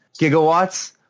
gigawatts